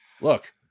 Look